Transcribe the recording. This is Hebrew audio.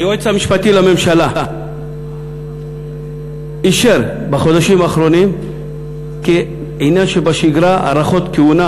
היועץ המשפטי לממשלה אישר בחודשים האחרונים כעניין שבשגרה הארכות כהונה,